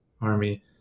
army